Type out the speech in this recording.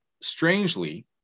strangely